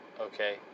okay